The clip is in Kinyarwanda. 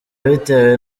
bitewe